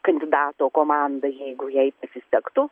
kandidato komanda jeigu jai pasisektų